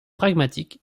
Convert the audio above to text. pragmatique